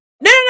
no